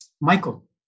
Michael